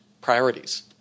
priorities